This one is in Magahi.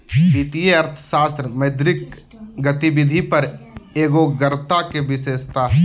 वित्तीय अर्थशास्त्र मौद्रिक गतिविधि पर एगोग्रता के विशेषता हइ